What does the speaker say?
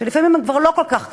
שלפעמים הם לא כל כך קטנים,